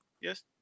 yes